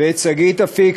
ואת שגית אפיק,